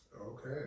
okay